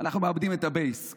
אנחנו מאבדים את הבייס.